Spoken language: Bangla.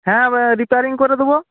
হ্যাঁ রিপেয়ারিং করে দেব